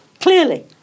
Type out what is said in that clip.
Clearly